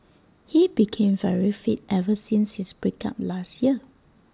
he became very fit ever since his break up last year